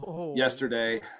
yesterday